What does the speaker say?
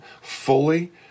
fully